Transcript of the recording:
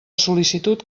sol·licitud